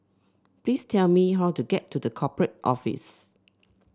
please tell me how to get to The Corporate Office